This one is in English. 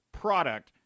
product